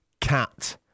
cat